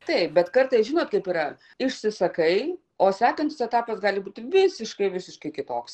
taip bet kartais žinot kaip yra išsisakai o sekantis etapas gali būti visiškai visiškai kitoks